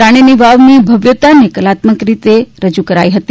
રાણીની વાવની ભવ્યતાને કલાત્મક રીતે રજૂ કરાઇ હતી